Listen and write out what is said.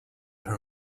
her